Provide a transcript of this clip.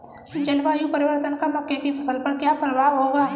जलवायु परिवर्तन का मक्के की फसल पर क्या प्रभाव होगा?